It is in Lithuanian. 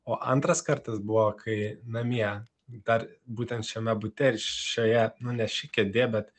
o antras kartas buvo kai namie dar būtent šiame bute iš šioje nunešė kėdė bet